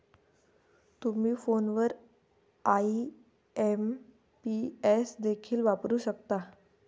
तुम्ही फोनवर आई.एम.पी.एस देखील वापरू शकता